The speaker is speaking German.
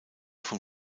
vom